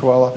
Hvala.